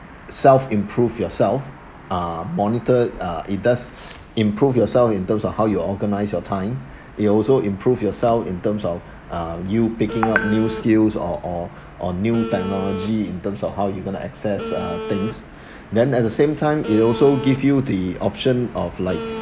self improve yourself uh monitor uh it does improve yourself in terms of how you organise your time you will also improve yourself in terms of uh you picking up new skills or or or new technology in terms of how you going to access uh things then at the same time it also give you the option of like